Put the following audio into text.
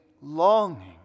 longing